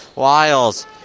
Wiles